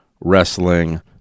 Wrestling